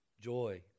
joy